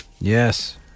Yes